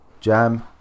Jam